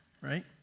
Right